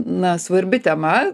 na svarbi tema